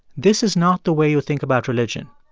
this is not the way you think about religion.